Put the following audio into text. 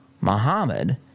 Muhammad